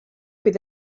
bydd